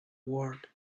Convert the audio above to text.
world